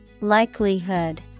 Likelihood